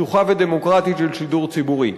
פתוחה ודמוקרטית של שידור ציבורי.